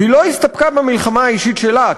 והיא לא הסתפקה במלחמה האישית שלה,